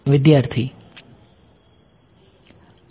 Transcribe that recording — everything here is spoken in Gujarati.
વિદ્યાર્થી અને